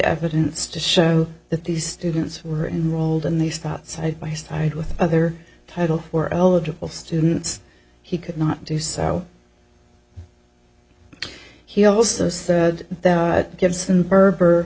evidence to show that these students were unrolled and these thoughts i buy side with other title or eligible students he could not do so he also said that gibson berber